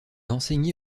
enseigné